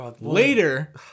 later